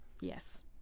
Yes